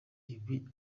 ibi